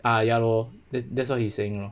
ah ya lor that's what he's saying lor